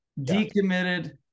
decommitted